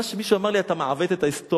מה שמישהו אמר לי: אתה מעוות את ההיסטוריה,